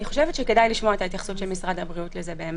אני חושבת שכדאי לשמוע את התייחסות משרד הבריאות לזה.